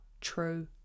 true